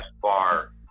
bar